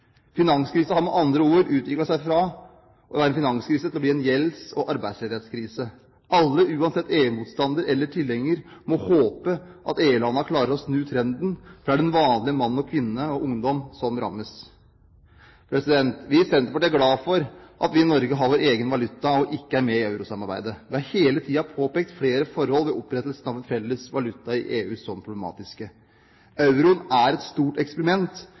har med andre ord utviklet seg fra å være en finanskrise til å bli en gjelds- og arbeidsledighetskrise. Alle, uansett EU-motstander eller tilhenger, må håpe at EU-landene klarer å snu trenden, for det er den vanlige mann og kvinne og ungdom som rammes. Vi i Senterpartiet er glad for at vi i Norge har vår egen valuta og ikke er med i eurosamarbeidet. Vi har hele tiden påpekt flere forhold ved opprettelsen av en felles valuta i EU som problematiske. Euroen er et stort eksperiment,